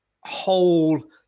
whole